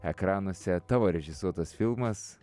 ekranuose tavo režisuotas filmas